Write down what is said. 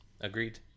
Agreed